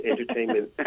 entertainment